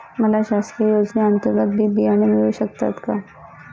मला शासकीय योजने अंतर्गत बी बियाणे मिळू शकतात का?